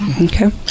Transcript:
Okay